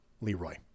Leroy